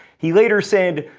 he later said,